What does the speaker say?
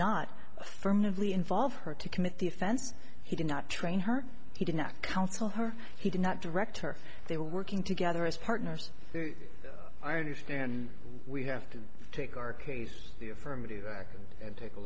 not affirmatively involve her to commit the offense he did not train her he did not counsel her he did not direct her they were working together as partners i understand we have to take our case the affirmative action and take a